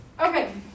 okay